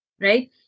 Right